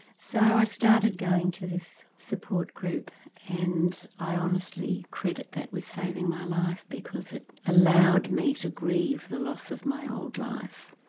so i started going to this support group and i honestly credit that with saving my life because it allowed me to grieve the loss of my old life.